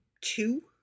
two